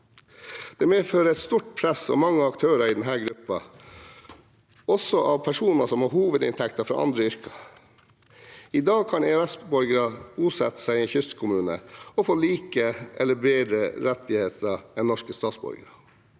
Det medfører et stort press og mange aktører i denne gruppen, også av personer som har hovedinntekt fra andre yrker. I dag kan EØS-borgere «bosette seg» i en kystkommune og få rettigheter som er like gode